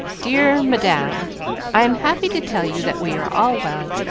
dear madam i am happy to tell you that we are all well,